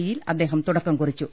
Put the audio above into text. ഇയിൽ അദ്ദേഹം തുടക്കം കുറിച്ചു